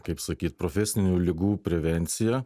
kaip sakyt profesinių ligų prevenciją